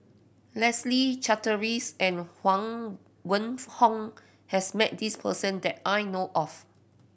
Leslie Charteris and Huang Wenhong has met this person that I know of